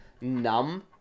numb